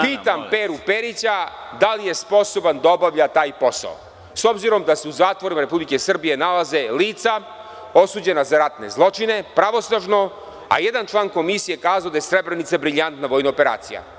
Pitam Peru Perića da li je sposoban da obavlja taj posao, s obzirom da se u zatvoru Republike Srbije nalaze lica osuđena za ratne zločine, pravosnažno, a jedan član komisije je kazao da je Srebrenica briljantna vojan operacija?